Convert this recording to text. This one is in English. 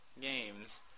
games